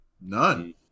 none